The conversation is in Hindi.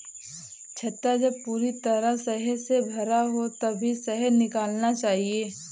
छत्ता जब पूरी तरह शहद से भरा हो तभी शहद निकालना चाहिए